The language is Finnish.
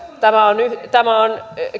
tämä on tämä on